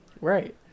Right